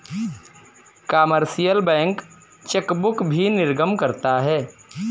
commercial bank chequebook भी निर्गम करता है